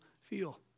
feel